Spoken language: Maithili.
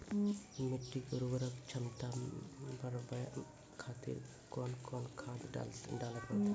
मिट्टी के उर्वरक छमता बढबय खातिर कोंन कोंन खाद डाले परतै?